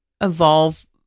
evolve